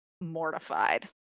mortified